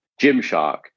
Gymshark